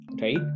right